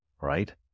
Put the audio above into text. right